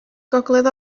gogledd